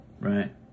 Right